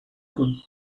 could